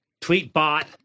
TweetBot